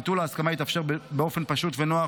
ביטול ההסכמה יתאפשר באופן פשוט ונוח,